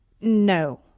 No